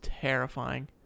terrifying